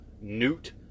Newt